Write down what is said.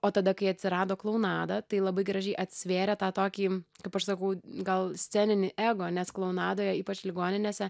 o tada kai atsirado klounada tai labai gražiai atsvėrė tą tokį kaip aš sakau gal sceninį ego nes klounadoje ypač ligoninėse